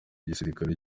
gisirikare